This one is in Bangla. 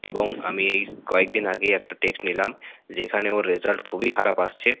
এবং আমি এই কয়েক দিন আগেই একটা টেস্ট নিলাম যেখানে ওর রেজাল্ট খুবই খারাপ এসেছে